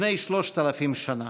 לפני כ-30 שנה